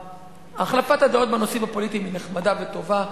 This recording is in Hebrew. החלפת הדעות בנושאים הפוליטיים היא נחמדה וטובה,